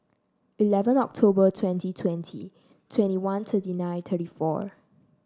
eleven October twenty twenty twenty one thirty nine thirty four